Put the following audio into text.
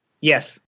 Yes